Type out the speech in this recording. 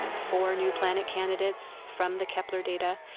um four new planet candidates from the kepler data.